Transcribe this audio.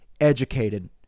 educated